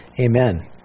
Amen